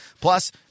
Plus